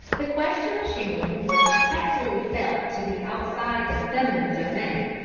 the question of shingling was tacitly felt to be outside the feminine domain,